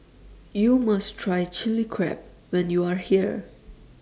YOU must Try Chilli Crab when YOU Are here